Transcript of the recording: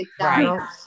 Right